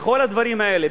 בכל הדברים האלה,